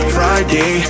Friday